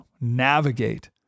navigate